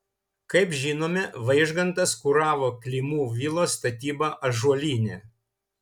kaip žinome vaižgantas kuravo klimų vilos statybą ąžuolyne